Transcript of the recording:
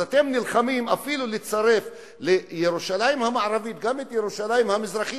אז אתם נלחמים אפילו לצרף לירושלים המערבית גם את ירושלים המזרחית,